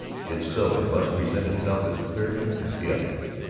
if so it must present itself as clearly as the others.